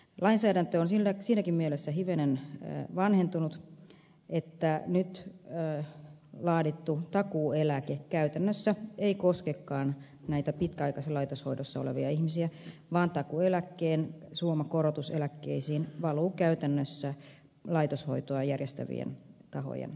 lainsäädäntö on siinäkin mielessä hivenen vanhentunut että nyt laadittu takuueläke käytännössä ei koskekaan näitä pitkäaikaisessa laitoshoidossa olevia ihmisiä vaan takuueläkkeen suoma korotus eläkkeisiin valuu käytännössä laitoshoitoa järjestävien tahojen taskuihin